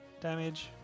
damage